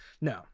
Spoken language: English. No